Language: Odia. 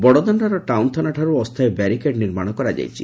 ବଡଦାଣ୍ଡର ଟାଉନ ଥାନା ଠାରୁ ଅସ୍ତାୟୀ ବ୍ୟାରିକେଡ୍ ନିର୍ମାଣ କରାଯାଇଛି